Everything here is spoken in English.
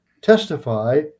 testify